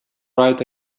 right